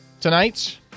Tonight